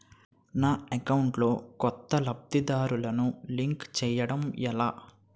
నా అకౌంట్ లో కొత్త లబ్ధిదారులను లింక్ చేయటం ఎలా?